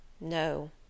No